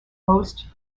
most